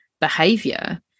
behavior